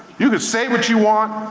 you can say what you want,